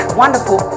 wonderful